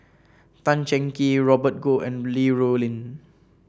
Tan Cheng Kee Robert Goh and Li Rulin